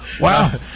Wow